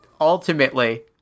ultimately